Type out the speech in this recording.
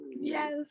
Yes